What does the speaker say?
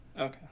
okay